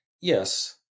yes